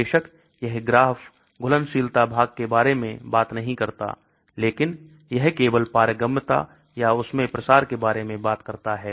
बेशक यह ग्राफ घुलनशीलता भाग के बारे में बात नहीं करता है लेकिन यह केवल पारगम्यता या उसमें प्रसार के बारे में बात करता है